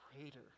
greater